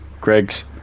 Greg's